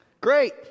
Great